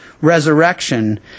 resurrection